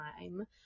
time